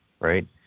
right